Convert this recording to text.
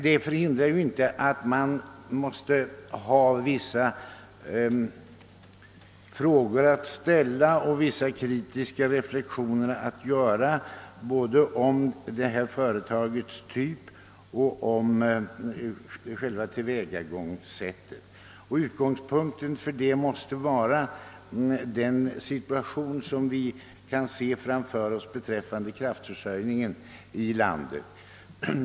Det hindrar emellertid inte att man har vissa frågor att ställa och vissa kritiska reflexioner att göra både om detta företags typ och om tillvägagångssättet. Utgångspunkten måste då vara den situation som vi kan se framför oss beträffande kraftförsörjningen i landet.